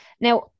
Now